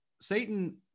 Satan